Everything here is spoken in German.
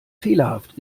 fehlerhaft